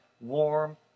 warm